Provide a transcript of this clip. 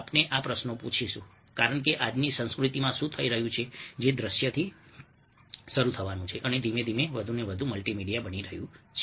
આપણે આ પ્રશ્નો પૂછીશું કારણ કે આજની સંસ્કૃતિમાં શું થઈ રહ્યું છે જે દ્રશ્યથી શરૂ થવાનું છે અને ધીમે ધીમે વધુને વધુ મલ્ટીમીડિયા બની રહ્યું છે